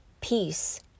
peace